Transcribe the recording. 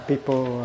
People